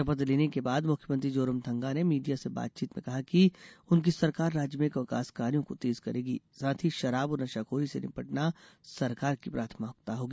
शपथ लेने के बाद मुख्यमंत्री जोरामथंगा ने मीडिया से बातचीत में कहा कि उनकी सरकार राज्य में विकास कार्यों को तेज करेगी साथ ही शराब और नशाखोरी से निपटना सरकार की प्राथमिकता होगी